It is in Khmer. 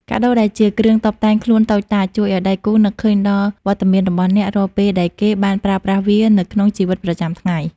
កាដូដែលជាគ្រឿងតុបតែងខ្លួនតូចតាច ជួយឱ្យដៃគូនឹកឃើញដល់វត្តមានរបស់អ្នករាល់ពេលដែលគេបានប្រើប្រាស់វានៅក្នុងជីវិតប្រចាំថ្ងៃ។